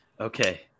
okay